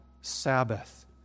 Sabbath